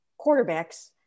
quarterbacks